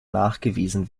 nachgewiesen